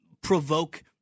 provoke